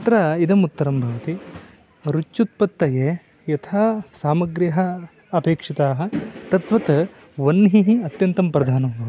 तत्र इदम् उत्तरं भवति रुच्युत्पत्तये यथा सामग्र्यः अपेक्षिताः तद्वत् वह्निः अत्यन्तं प्रधानः भवति